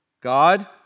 God